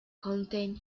contain